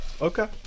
Okay